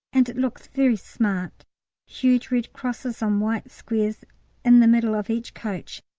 and it looks very smart huge red crosses on white squares in the middle of each coach,